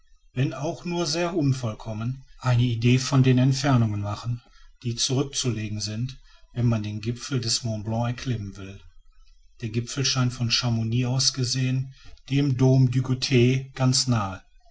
wenn auch nur noch sehr unvollkommen eine idee von den entfernungen machen die zurückzulegen sind wenn man den gipfel des mont blanc erklimmen will der gipfel scheint von chamouni aus gesehen dem dom du goter ganz nahe